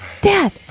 Dad